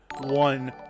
one